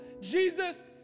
Jesus